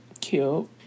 cute